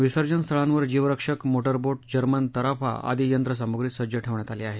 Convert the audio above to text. विसर्जन स्थळांवर जीवरक्षक मोटरबोट जर्मन तराफा आदि यंत्रसामुग्री सज्ज ठेवण्यात आली आहे